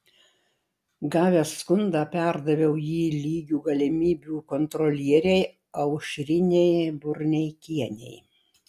gavęs skundą perdaviau jį lygių galimybių kontrolierei aušrinei burneikienei